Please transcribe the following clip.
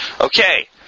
okay